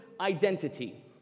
identity